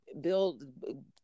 build